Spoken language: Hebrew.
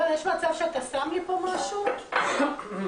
שלום לכולם.